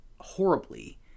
horribly